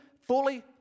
fully